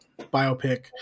biopic